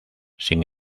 sin